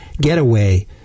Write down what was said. getaway